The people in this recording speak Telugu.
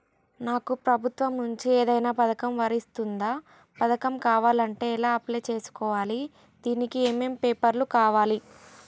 నాకు ప్రభుత్వం నుంచి ఏదైనా పథకం వర్తిస్తుందా? పథకం కావాలంటే ఎలా అప్లై చేసుకోవాలి? దానికి ఏమేం పేపర్లు కావాలి?